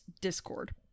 discord